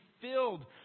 filled